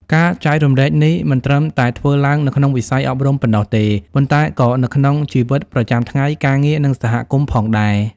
ការចែករំលែកនេះមិនត្រឹមតែធ្វើឡើងនៅក្នុងវិស័យអប់រំប៉ុណ្ណោះទេ ប៉ុន្តែក៏នៅក្នុងជីវិតប្រចាំថ្ងៃ ការងារ និងសហគមន៍ផងដែរ។